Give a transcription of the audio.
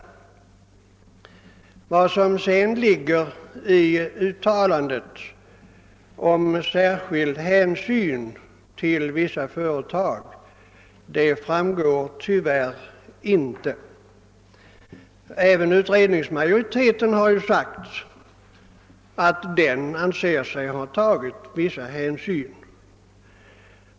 Vad som sedan ligger i uttalandet om särskild hänsyn till vissa företag framgår tyvärr inte. Även utredningsmajoriteten har ju sagt att den anser sig ha tagit vissa hänsyn.